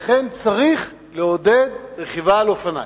לכן צריך לעודד רכיבה על אופניים.